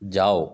جاؤ